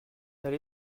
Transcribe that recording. allé